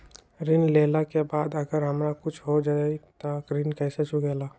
ऋण लेला के बाद अगर हमरा कुछ हो जाइ त ऋण कैसे चुकेला?